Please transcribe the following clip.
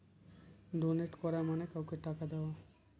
donate করা মানে কাউকে টাকা দেওয়া